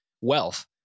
wealth